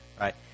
right